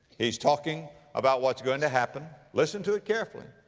he's talking about what's going to happen. listen to it carefully.